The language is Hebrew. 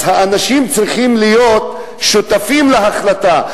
אז האנשים צריכים להיות שותפים להחלטה,